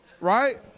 right